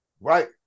Right